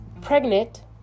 pregnant